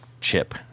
chip